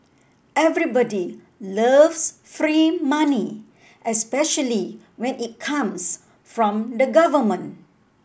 everybody loves free money especially when it comes from the government